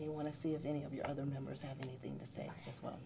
the want to see if any of your other members have anything to say as well